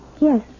yes